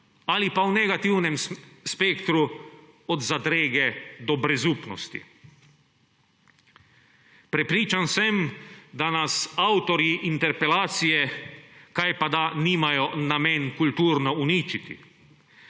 v negativnem spektru pa od zadrege do brezupnosti. Prepričan sem, da nas avtorji interpelacije kajpada nimajo namena kulturno uničiti,